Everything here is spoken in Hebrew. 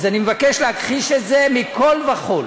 אז אני מבקש להכחיש את זה מכול וכול.